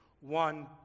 one